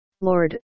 Lord